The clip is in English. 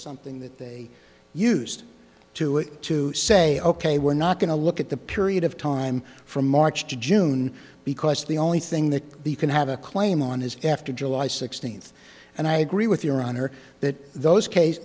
something that they used to it to say ok we're not going to look at the period of time from march to june because the only thing that you can have a claim on is after july sixteenth and i agree with your honor that those case